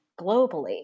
globally